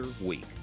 week